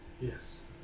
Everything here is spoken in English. Yes